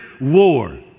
war